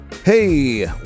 Hey